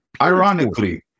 Ironically